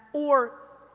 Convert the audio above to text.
or